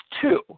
two